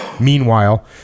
meanwhile